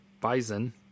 Bison